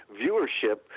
viewership